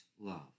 love